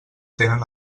tenen